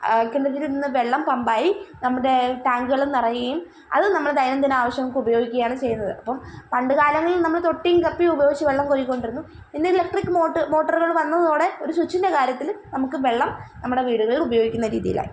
കിണറ്റിൽ നിന്നു വെള്ളം പമ്പായി നമ്മുടെ ടാങ്കുകളിൽ നിറയുകയും അതു നമ്മൾ ദൈനംദിന ആവശ്യങ്ങൾക്കുപയോഗിക്കുകയാണ് ചെയ്യുന്നത് അപ്പം പണ്ടുക്കാലങ്ങളിൽ നമ്മൾ തൊട്ടിയും കപ്പിയും ഉപയോഗിച്ച് വെള്ളം കോരികൊണ്ടിരുന്നു പിന്നെ ഇലക്ട്രിക് മോട്ട മോട്ടറുകൾ വന്നതോടെ ഒരു സ്വിച്ചിൻ്റെ കാര്യത്തിൽ നമുക്ക് വെള്ളം നമ്മുടെ വീടുകളിൽ ഉപയോഗിക്കുന്ന രീതിയിലായി